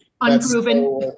unproven